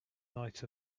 night